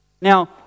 Now